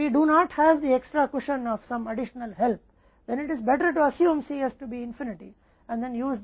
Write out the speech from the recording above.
लेकिन अगर हम Cs के बारे में निश्चित नहीं हैं और यदि कुछ अतिरिक्त मदद के अतिरिक्त प्रश्न नहीं हैं तो Cs को अनंत मान लेना बेहतर है